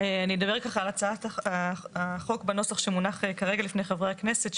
אני אדבר על הצעת החוק בנוסח שמונח כרגע לפני חברי הכנסת,